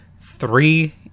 three